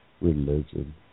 religion